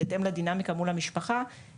בהתאם לדינמיקה מול המשפחה של המטופל או המטופלת.